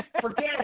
Forget